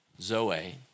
zoe